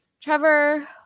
Trevor